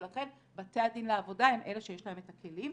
ולכן בתי הדין לעבודה הם אלה שיש להם את הכלים.